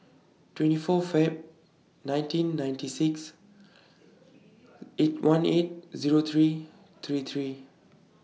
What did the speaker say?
twenty four Feb nineteen ninety six eight one eight Zero three three three